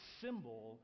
symbol